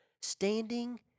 standing